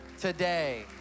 today